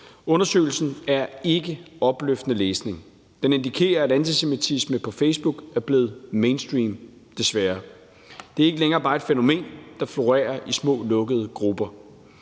Undersøgelsen er ikke opløftende læsning. Den indikerer, at antisemitisme på Facebook er blevet mainstream, desværre. Det er ikke længere bare et fænomen, der florerer i små, lukkede grupper.